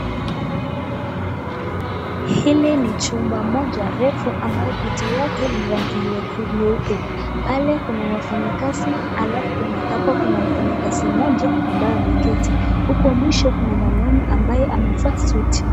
Hili ni chumba moja refu ambayo kuta yake ni rangi nyeupe. Pale kuna wafanyikazi alafu hapo kuna mfanyikazi mmoja ambaye ameketi. Huko mwisho kuna mwanaume ambaye amevaa suti.